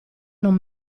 non